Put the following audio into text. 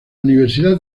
universidad